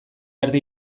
erdi